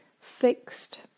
fixed